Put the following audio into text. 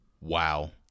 Wow